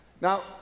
Now